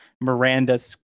Miranda's